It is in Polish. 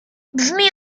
brzmi